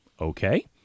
okay